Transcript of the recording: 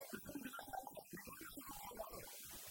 זה פנימי נכון, זה פנימי נכון, זה פנימי נכון.